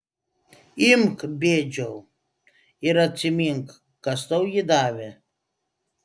imk bėdžiau ir atsimink kas tau jį davė